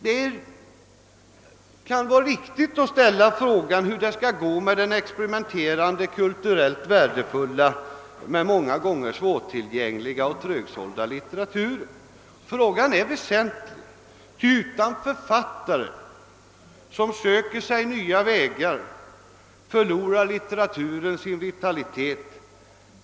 Det kan vara riktigt att fråga hur det skall gå med den experimenterande, kulturellt värdefulla men många gånger svårtillgängliga och trögsålda litteraturen. Frågan är väsentlig, ty utan författare som söker sig nya vägar förlorar litteraturen sin vitalitet.